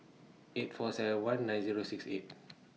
eight four seven one nine Zero six eight